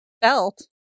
Belt